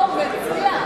לא, הוא מציע.